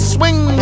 Swing